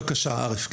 בבקשה, עראף.